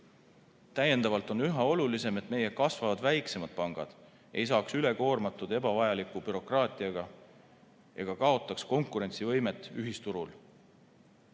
Täiendavalt on üha olulisem, et meie kasvavad väiksemad pangad ei saaks üle koormatud ebavajaliku bürokraatiaga ega kaotaks konkurentsivõimet ühisturul.